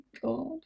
God